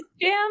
Jam